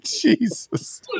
Jesus